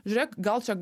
žiūrėk gal čia